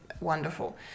wonderful